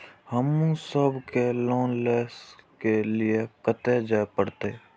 हमू सब के लोन ले के लीऐ कते जा परतें?